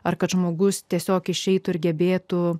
ar kad žmogus tiesiog išeitų ir gebėtų